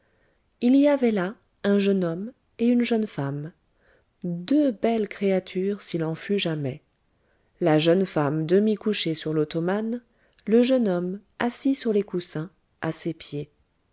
il y avait là un jeune homme et une jeune femme deux belles créatures s'il en fut jamais la jeune femme demi couchée sur l'ottomane le jeune homme assis sur les coussins à ses pieds